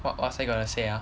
what what's I gonna say ah